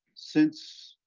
since